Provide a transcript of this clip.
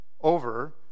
over